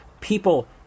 people